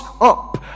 up